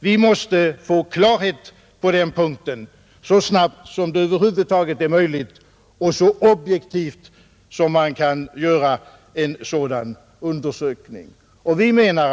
Vi måste få klarhet på den punkten så snabbt som det över huvud taget är möjligt och så objektivt som en sådan undersökning kan göras.